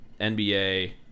NBA